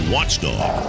Watchdog